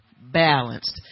balanced